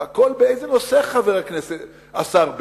והכול באיזה נושא, השר בגין?